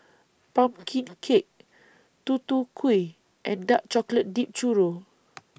Pumpkin Cake Tutu Kueh and Dark Chocolate Dipped Churro